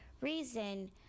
reason